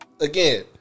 again